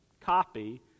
copy